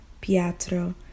Pietro